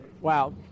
Wow